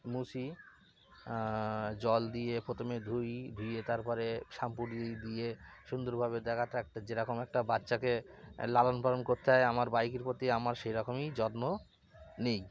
মুছি জল দিয়ে প্রথমে ধুই ধুয়ে তার পরে শ্যাম্পু দিই দিয়ে সুন্দরভাবে দেখাতে একটা যেরকম একটা বাচ্চাকে লালন পালন করতে হয় আমার বাইকের প্রতি আমার সেরকমই যত্ন নিই